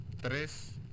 Tres